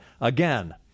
Again